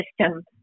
system